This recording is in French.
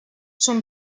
son